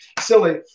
silly